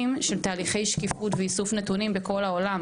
של תהליכי שקיפות ואיסוף נתונים בכל העולם.